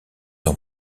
ans